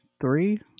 Three